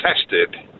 tested